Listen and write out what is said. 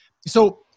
So-